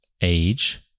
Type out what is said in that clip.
age